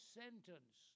sentence